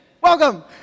Welcome